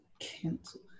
cancel